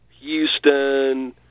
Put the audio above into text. Houston